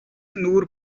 nur